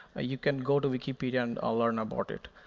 you can go to wikipedia and ah learn about it.